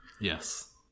Yes